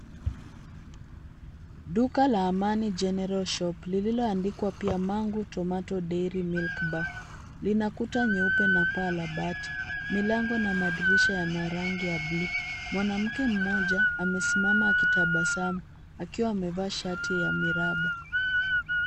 Duka la Amani General Shop, lililoandikwa pia Mangu Tomato Dairy Milk Bar lina kuta nyeupe na paa la bati, milango na madirisha yana rangi ya buluu. Mwanamke mmoja amesimama akitabasamu akiwa amevaa shati ya miraba.